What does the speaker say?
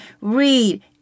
read